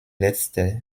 letzte